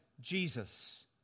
Jesus